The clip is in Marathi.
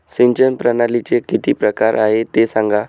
सिंचन प्रणालीचे किती प्रकार आहे ते सांगा